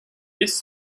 this